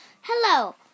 Hello